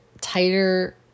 tighter